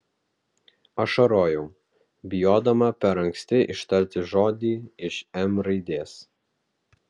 ašarojau bijodama per anksti ištarti žodį iš m raidės